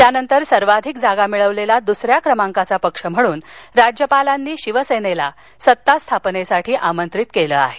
त्यानंतर सर्वाधिक जागा मिळवलेला द्सऱ्या क्रमांकाचा पक्ष म्हणून राज्यपालांनी शिवसेनेला सत्ता स्थापनेसाठी आमंत्रित केलं आहे